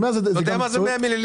אתה יודע כמה זה 100 מיליליטר?